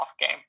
game